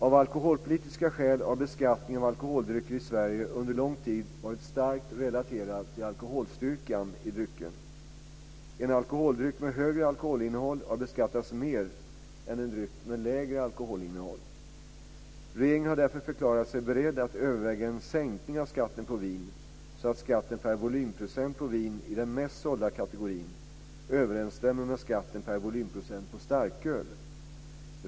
Av alkoholpolitiska skäl har beskattningen av alkoholdrycker i Sverige under lång tid varit starkt relaterad till alkoholstyrkan i drycken. En alkoholdryck med högre alkoholinnehåll har beskattats mer än en dryck med lägre alkoholinnehåll. Regeringen har därför förklarat sig beredd att överväga en sänkning av skatten på vin så att skatten per volymprocent på vin i den mest sålda kategorin överensstämmer med skatten per volymprocent på starköl.